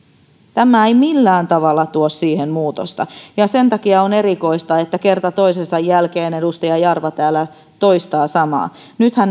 tämä ei millään tavalla tuo siihen muutosta ja sen takia on erikoista että kerta toisensa jälkeen edustaja jarva täällä toistaa samaa nyt hän